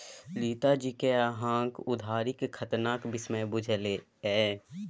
रीता जी कि अहाँक उधारीक खतराक विषयमे बुझल यै?